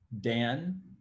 Dan